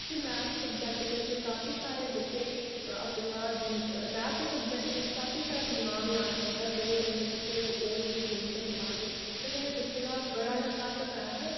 कि maths subject बिच्च काफी सारे बच्चे अपना दिमाग मैथ दे सब्जैक्ट बिच्च काफी सारा दिमाग लाना पौंदा जेहदे कन्नै बच्चे ओह् चीज नेईं करी पांदे न जेहदे कन्नै बच्चे दा बड़ा गै घट्ट मैथ